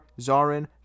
Zarin